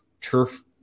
turf